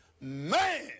man